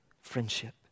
friendship